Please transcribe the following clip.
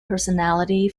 personality